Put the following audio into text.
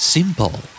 Simple